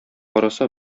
караса